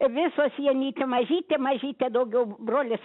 visos janytė mažytė mažytė daugiau brolis